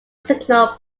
signal